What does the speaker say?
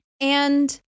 And-